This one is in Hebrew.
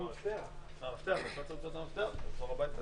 ננעלה בשעה 21:28.